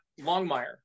Longmire